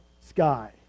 sky